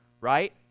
right